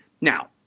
Now